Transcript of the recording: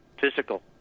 physical